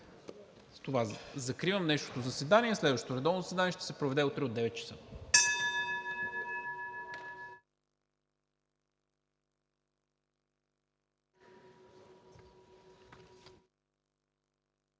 това закривам днешното заседание. Следващото редовно заседание ще се проведе утре от 9,00 ч.